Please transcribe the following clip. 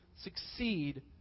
succeed